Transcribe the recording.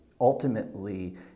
ultimately